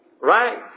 Right